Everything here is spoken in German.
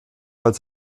als